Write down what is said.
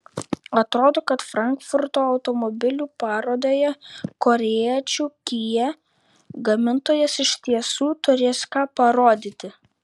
atrodo kad frankfurto automobilių parodoje korėjiečių kia gamintojas iš tiesų turės ką parodyti